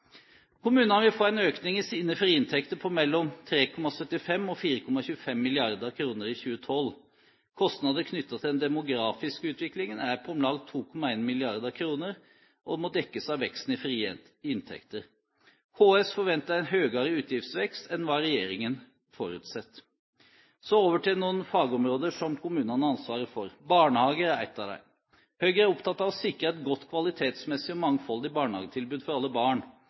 Kommunene vil få en økning i sine frie inntekter på mellom 3,75 og 4,25 mrd. kroner i 2012. Kostnader knyttet til den demografiske utviklingen er på om lag 2,1 mrd. kroner og må dekkes av veksten i frie inntekter. KS forventer en høyere utgiftsvekst enn hva regjeringen forutsetter. Så over til noen fagområder som kommunene har ansvaret for. Barnehager er ett av dem. Høyre er opptatt av å sikre et godt kvalitetsmessig og mangfoldig barnehagetilbud for alle barn.